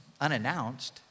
unannounced